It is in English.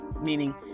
meaning